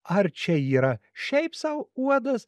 ar čia yra šiaip sau uodas